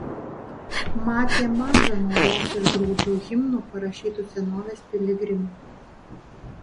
matė maža naudos iš graudžių himnų parašytų senovės piligrimų